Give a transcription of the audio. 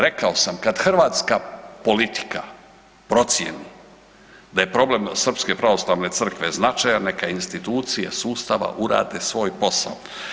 Rekao sam kad hrvatska politika procjeni da je problem Srpske pravoslavne crkve značajan neka institucije sustava urade svoj posao.